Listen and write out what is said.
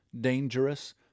dangerous